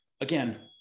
again